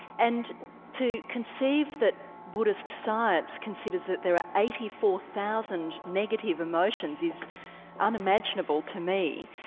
and to conceive that buddhist science considers that there are eighty four thousand negative emotions is unimaginable to me,